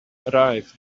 arrive